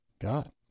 God